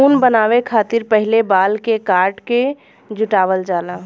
ऊन बनावे खतिर पहिले बाल के काट के जुटावल जाला